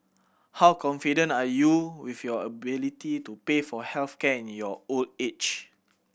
how confident are you with your ability to pay for health care in your old age